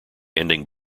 ending